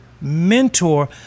mentor